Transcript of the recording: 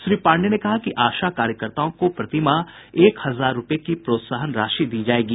श्री पांडेय ने कहा कि आशा कार्यकर्ताओं को प्रतिमाह एक हजार रूपये की प्रोत्साहन राशि दी जायेगी